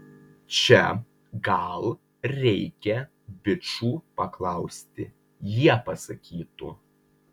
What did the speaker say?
čia gal reikia bičų paklausti jie pasakytų